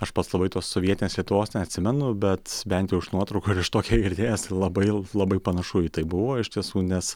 aš pats labai tos sovietinės lietuvos neatsimenu bet bent jau iš nuotraukų ir iš to kiek girdėjęs tai labai labai panašu į tai buvo iš tiesų nes